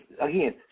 Again